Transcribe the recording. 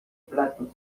platos